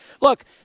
Look